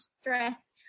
stress